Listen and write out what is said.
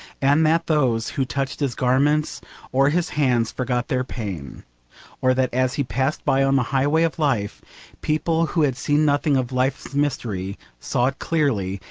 and that those who touched his garments or his hands forgot their pain or that as he passed by on the highway of life people who had seen nothing of life's mystery, saw it clearly,